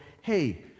hey